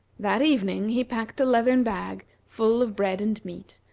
that evening he packed a leathern bag full of bread and meat,